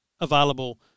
available